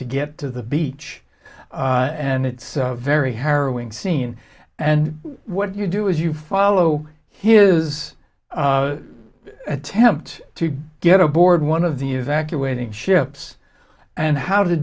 to get to the beach and it's a very harrowing scene and what you do is you follow his attempt to get aboard one of the evacuating ships and how to